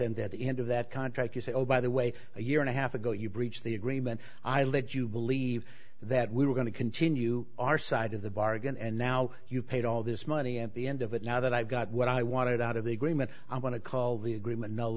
and at the end of that contract you say oh by the way a year and a half ago you breached the agreement i let you believe that we were going to continue our side of the bargain and now you've paid all this money at the end of it now that i've got what i wanted out of the agreement i want to call the agreement null